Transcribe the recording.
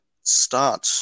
start